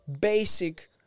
basic